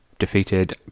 Defeated